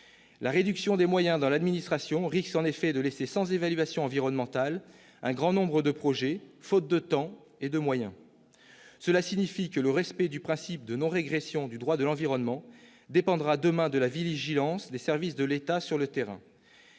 La réduction des moyens dans l'administration risque, en effet, de laisser sans évaluation environnementale un grand nombre de projets, faute de temps et de moyens. Cela signifie que le respect du principe de non-régression du droit de l'environnement dépendra demain de la vigilance des services de l'État sur le terrain.